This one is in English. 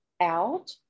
out